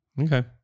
Okay